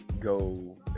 go